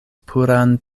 puran